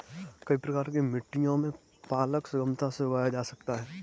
कई प्रकार की मिट्टियों में पालक सुगमता से उगाया जा सकता है